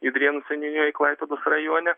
judrėnų seniūnijoj klaipėdos rajone